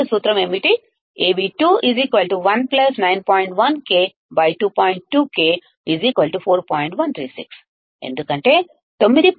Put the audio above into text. రెండవ దశ సూత్రం ఏమిటి ఎందుకంటే 9